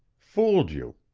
fooled you.